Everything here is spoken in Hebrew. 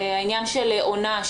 העניין של עונה,